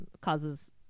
causes